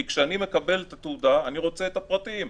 כי כשאני מקבל את התעודה אני רוצה את הפרטים".